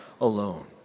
alone